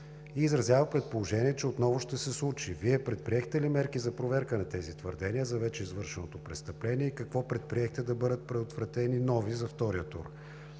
и изразява предположение, че отново ще се случи. Вие предприехте ли мерки за проверка на тези твърдения за вече извършеното престъпление и какво предприехте да бъдат предотвратени нови за втория тур?